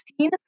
2016